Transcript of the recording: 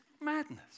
madness